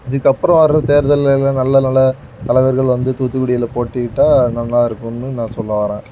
இதுக்கப்புறம் வர தேர்தலெல்லாம் நல்ல நல்ல தலைவர்கள் வந்து தூத்துக்குடியில் போட்டியிட்டால் நல்லாயிருக்கும்னு நான் சொல்லவரேன்